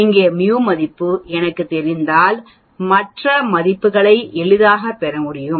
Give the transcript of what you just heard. இங்கே μ மதிப்பு எனக்குத் தெரிந்தால் மற்ற மதிப்புகளை எளிதாக பெற முடியும்